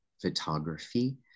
photography